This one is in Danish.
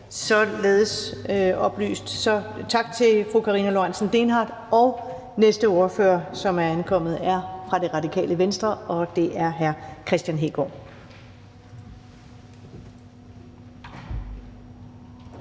vil jeg sige tak til fru Karina Lorentzen Dehnhardt. Næste ordfører, som er ankommet, er fra Det Radikale Venstre, og det er hr. Kristian Hegaard.